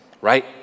right